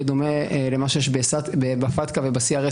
בדומה למה שיש בפטקא וב-CRS,